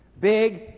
Big